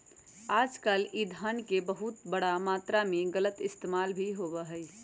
आजकल ई धन के बहुत बड़ा मात्रा में गलत इस्तेमाल भी होबा हई